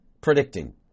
predicting